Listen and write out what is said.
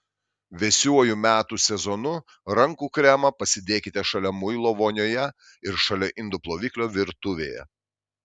vėsiuoju metų sezonu rankų kremą pasidėkite šalia muilo vonioje ir šalia indų ploviklio virtuvėje